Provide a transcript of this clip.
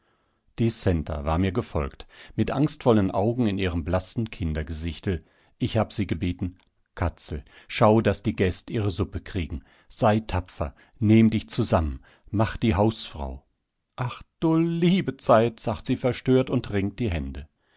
die centa war mir gefolgt mit angstvollen augen in ihrem blassen kindergesichtel ich hab sie gebeten katzel schau daß die gäst ihre suppe kriegen sei tapfer nehm dich zusammen mach die hausfrau ach du liebe zeit sagt sie verstört und ringt die hände